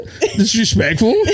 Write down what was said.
Disrespectful